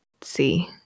see